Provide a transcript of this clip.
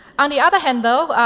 on the other hand, though,